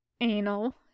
Anal